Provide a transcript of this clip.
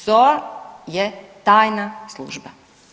SOA je tajna služba.